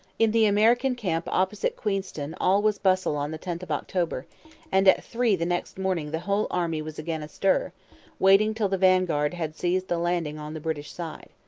in the american camp opposite queenston all was bustle on the tenth of october and at three the next morning the whole army was again astir, waiting till the vanguard had seized the landing on the british side.